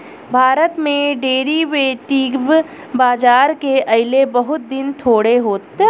भारत में डेरीवेटिव बाजार के अइले बहुत दिन थोड़े होता